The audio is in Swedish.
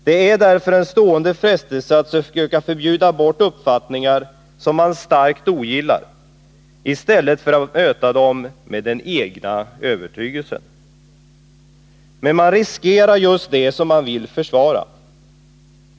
Det är därför en stående frestelse att söka förbjuda bort uppfattningar som man starkt ogillar i stället för att möta dem med den egna övertygelsen. Men man riskerar då just det man vill försvara.